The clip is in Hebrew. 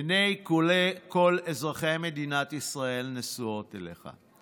עיני כל אזרחי מדינת ישראל נשואות אליך.